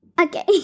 okay